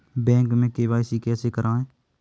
Bank में KYC कैसे करायें?